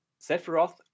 Sephiroth